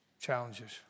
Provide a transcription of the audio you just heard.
challenges